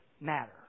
matter